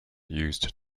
used